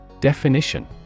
Definition